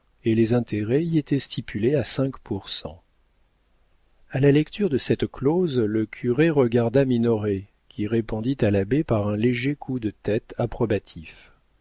et les intérêts y étaient stipulés à cinq pour cent a la lecture de cette clause le curé regarda minoret qui répondit à l'abbé par un léger coup de tête approbatif